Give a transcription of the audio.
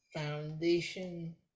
foundation